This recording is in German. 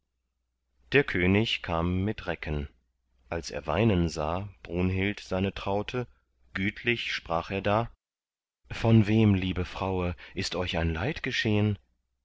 der könig kam mit recken als er weinen sah brunhild seine traute gütlich sprach er da von wem liebe fraue ist euch ein leid geschehn